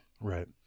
Right